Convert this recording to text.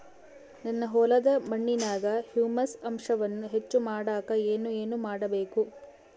ನನ್ನ ಹೊಲದ ಮಣ್ಣಿನಾಗ ಹ್ಯೂಮಸ್ ಅಂಶವನ್ನ ಹೆಚ್ಚು ಮಾಡಾಕ ನಾನು ಏನು ಮಾಡಬೇಕು?